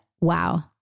wow